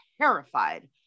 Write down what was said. terrified